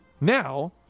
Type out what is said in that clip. now